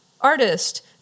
artist